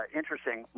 interesting